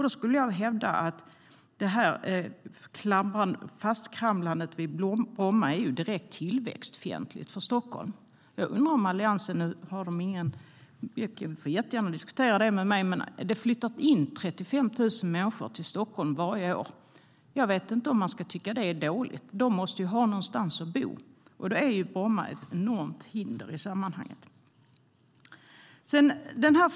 Då vill jag hävda att fastklamrandet vid Bromma är direkt tillväxtfientligt för Stockholm. Ni kan diskutera det med mig, men det flyttar in 35 000 människor till Stockholm varje år. Jag vet inte om man ska tycka att det är dåligt. De måste ju ha någonstans att bo, och i det sammanhanget är Bromma ett enormt hinder.